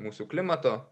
mūsų klimato